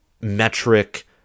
metric